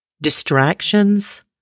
Distractions